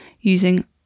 using